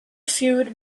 feud